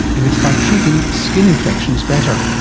and it's by treating skin infections better.